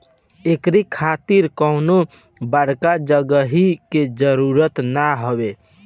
एकरी खातिर कवनो बड़ जगही के जरुरत ना हवे